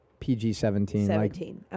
PG-17